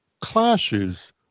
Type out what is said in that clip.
clashes